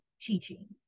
teaching